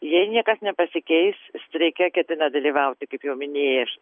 jei niekas nepasikeis streike ketina dalyvauti kaip jau minėjai